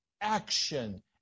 action